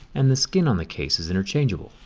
and the skin on the case is interchangeable.